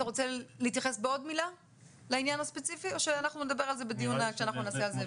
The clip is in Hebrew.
אתה רוצה להתייחס לעניין הספציפי או שנדבר על זה בדיון נפרד?